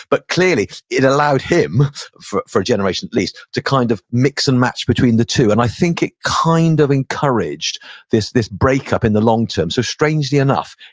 but clearly, it allowed him for a generation at least to kind of mix and match between the two. and i think it kind of encouraged this this break up in the long term. so strangely enough,